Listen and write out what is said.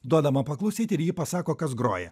duodama paklausyti ir ji pasako kas groja